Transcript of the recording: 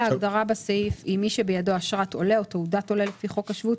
ההגדרה בסעיף היא "מי שבידו אשרת עולה או תעודת עולה לפי חוק השבות,